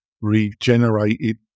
regenerated